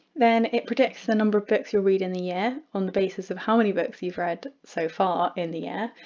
then it predicts the number of books you'll read in the year on the basis of how many books you've read so far in the year.